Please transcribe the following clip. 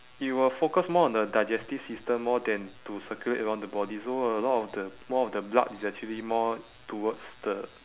it will focus more on the digestive system more than to circulate around the body so a lot of the more of the blood is actually more towards the